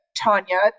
Tanya